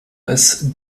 als